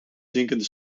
zinkende